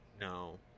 No